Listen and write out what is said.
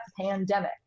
pandemic